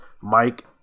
Mike